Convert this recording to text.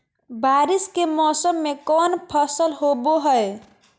बारिस के मौसम में कौन फसल होबो हाय?